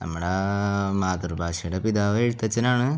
നമ്മുടെ മാതൃഭാഷയുടെ പിതാവ് എഴുത്തച്ഛനാണ്